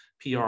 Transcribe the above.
PR